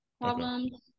problems